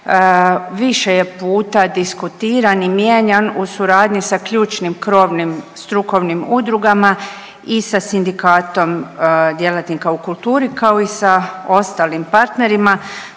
više je puta diskutiran i mijenjan u suradnji sa ključnim, krovnim strukovnim udrugama i sa Sindikatom djelatnika u kulturi kao i sa ostalim partnerima